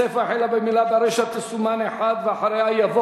לחלופין ו'.